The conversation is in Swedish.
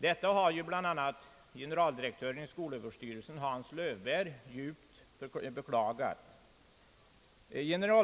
Detta har bl.a. generaldirektören i skolöverstyrelsen, Hans Löwbeer, djupt beklagat.